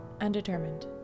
undetermined